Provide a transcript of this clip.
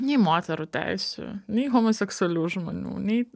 nei moterų teisių nei homoseksualių žmonių nei